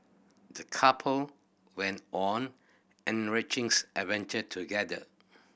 the couple went on an enrichings adventure together